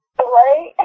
Right